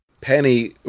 Penny